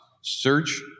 search